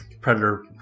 Predator